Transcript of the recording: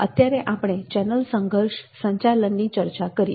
અત્યારે આપણે ચેનલ સંઘર્ષના સંચાલનની ચર્ચા કરીએ